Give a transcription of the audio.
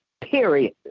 period